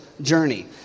journey